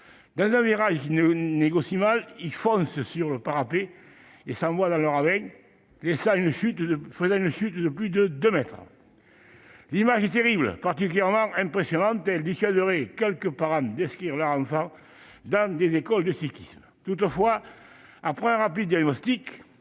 Dans un virage qu'il négocia mal, il fonça sur le parapet et s'envola dans le ravin, faisant une chute de plus de deux mètres. L'image est terrible, particulièrement impressionnante ; elle dissuaderait quelques parents d'inscrire leur enfant dans des écoles de cyclisme ... Toutefois, après un rapide diagnostic,